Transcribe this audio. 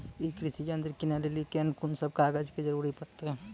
ई कृषि यंत्र किनै लेली लेल कून सब कागजात के जरूरी परतै?